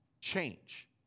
change